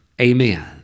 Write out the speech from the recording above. Amen